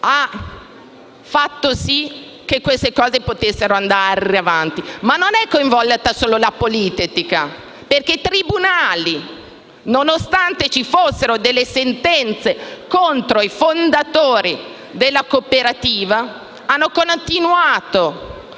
fatto sì che queste cose potessero andare avanti. Non è coinvolta solo la politica perché i tribunali, nonostante ci fossero delle sentenze contro i fondatori della cooperativa, hanno continuato